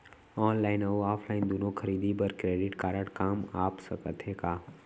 Online अऊ offline दूनो खरीदी बर क्रेडिट कारड काम आप सकत हे का?